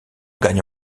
gagne